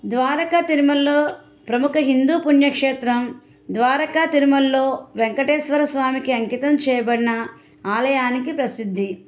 ద్వారక తిరుమలలో ప్రముఖ హిందూ పుణ్యక్షేత్రం ద్వారకా తిరుమలలో వెంకటేశ్వర స్వామికి అంకితం చేయబడిన ఆలయానికి ప్రసిద్ధి